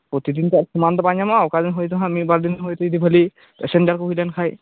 ᱯᱨᱚᱛᱤᱫᱤᱱ ᱛᱚ ᱟᱨ ᱥᱚᱢᱟᱱ ᱵᱟᱝ ᱧᱟᱢᱚᱜᱼᱟ ᱚᱠᱟ ᱫᱤᱱ ᱫᱚ ᱦᱟᱸᱜ ᱢᱤᱫ ᱵᱟᱨ ᱫᱤᱱ ᱫᱚ ᱵᱷᱟᱞᱤ ᱯᱮᱥᱮᱱᱡᱟᱨ ᱠᱚ ᱦᱩᱭ ᱞᱮᱱ ᱠᱷᱟᱡ